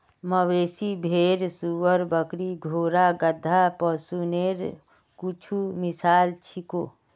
मवेशी, भेड़, सूअर, बकरी, घोड़ा, गधा, पशुधनेर कुछु मिसाल छीको